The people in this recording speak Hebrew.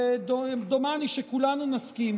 ודומני שכולנו נסכים